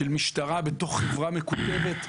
זה בסדר שיש ביקורת.